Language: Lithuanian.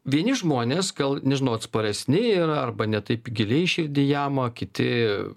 vieni žmonės gal nežinau atsparesni yra arba ne taip giliai į širdį jama kiti